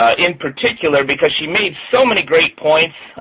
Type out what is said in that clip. ah in particular, because she made so many great points.